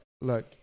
look